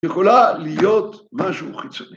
‫יכולה להיות משהו חיצוני.